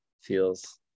feels